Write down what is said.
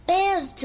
Bears